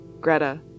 Greta